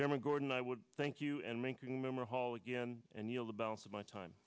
chairman gordon i would thank you and making member hall again and you know the balance of my time